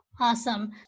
Awesome